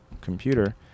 computer